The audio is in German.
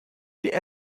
die